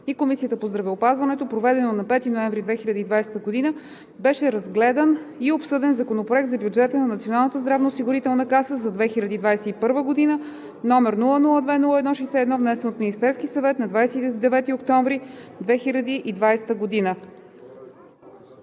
и Комисията по здравеопазването, проведено на 5 ноември 2020 г., беше разгледан и обсъден Законопроект за бюджета на Националната здравноосигурителна за 2021 г., № 002-01-61, внесен от Министерския съвет на 29 октомври 2020 г.